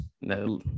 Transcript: no